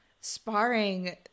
sparring